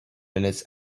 minutes